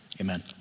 amen